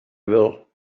will